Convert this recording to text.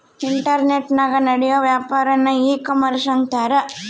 ಇಂಟರ್ನೆಟನಾಗ ನಡಿಯೋ ವ್ಯಾಪಾರನ್ನ ಈ ಕಾಮರ್ಷ ಅಂತಾರ